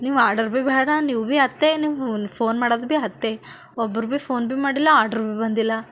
ನೀವು ಆರ್ಡರ್ ಭೀ ಬ್ಯಾಡ ನೀವು ಭೀ ಅತ್ತೆ ನೀವೂ ಫೋನ್ ಮಾಡೋದು ಭೀ ಹತ್ತೆ ಒಬ್ರು ಭೀ ಫೋನ್ ಭೀ ಮಾಡಿಲ್ಲ ಆರ್ಡ್ರು ಬಂದಿಲ್ಲ